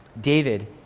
David